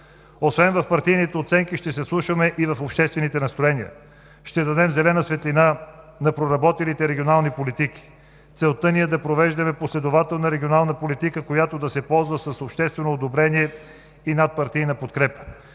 Освен в партийните оценки ще се вслушаме и в обществените настроения. Ще дадем зелена светлина на проработилите регионални политики. Целта ни е да провеждаме последователна регионална политика, която да се ползва с обществено одобрение и надпартийна подкрепа.